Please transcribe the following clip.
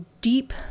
deep